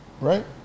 right